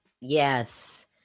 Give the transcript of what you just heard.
Yes